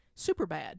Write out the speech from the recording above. Superbad